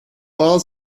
war